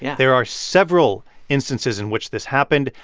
yeah there are several instances in which this happened.